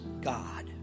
God